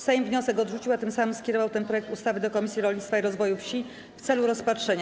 Sejm wniosek odrzucił, a tym samym skierował ten projekt ustawy do Komisji Rolnictwa i Rozwoju Wsi w celu rozpatrzenia.